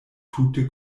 tute